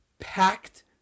Packed